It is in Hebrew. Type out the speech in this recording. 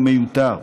הוא מיותר.